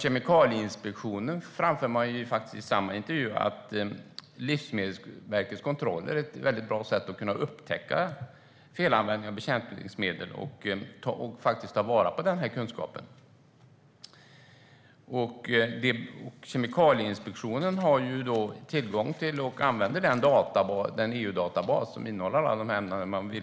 Kemikalieinspektionen framför i samma intervju att Livsmedelsverkets kontroller är ett mycket bra sätt att upptäcka felanvändning av bekämpningsmedel och ta vara på den kunskapen. Kemikalieinspektionen har tillgång till och använder den EU-databas som innehåller alla dessa ämnen.